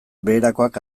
beherakoak